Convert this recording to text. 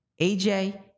AJ